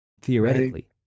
theoretically